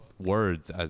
words